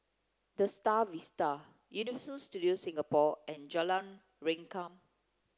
the Star Vista Universal Studios Singapore and Jalan Rengkam